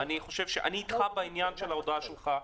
אני איתך בעניין של ההודעה שלך.